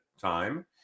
time